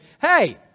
hey